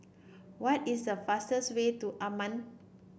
what is the fastest way to Amman